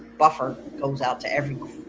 buffer goes out to everywhere,